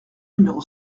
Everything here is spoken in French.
numéro